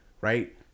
right